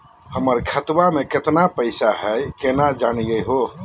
हमर खतवा मे केतना पैसवा हई, केना जानहु हो?